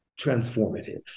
transformative